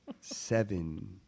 Seven